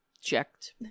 checked